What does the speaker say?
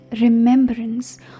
remembrance